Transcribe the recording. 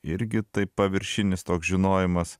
irgi taip paviršinis toks žinojimas